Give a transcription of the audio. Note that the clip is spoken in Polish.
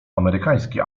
amerykański